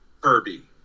Kirby